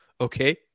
okay